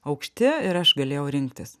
aukšti ir aš galėjau rinktis